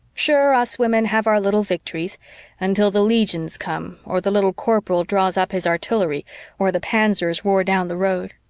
sure, us women have our little victories until the legions come or the little corporal draws up his artillery or the panzers roar down the road.